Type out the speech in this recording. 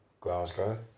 Glasgow